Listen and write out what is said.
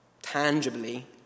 tangibly